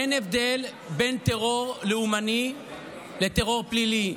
אין הבדל בין טרור לאומני לטרור פלילי,